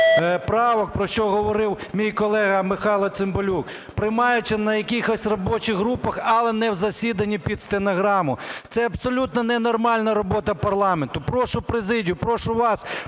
правок, про що говорив мій колега Михайло Цимбалюк, приймаючи на якихось робочих групах, але не в засіданні під стенограму. Це абсолютно ненормальна робота парламенту. Прошу президію, прошу вас,